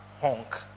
honk